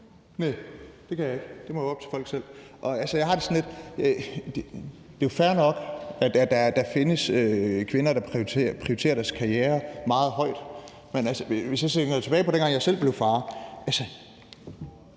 det kan jeg ikke. Det må være op til folk selv. Det er jo fair nok, at der findes kvinder, der prioriterer deres karriere meget højt. Men jeg kan tænke tilbage på dengang, jeg selv blev far.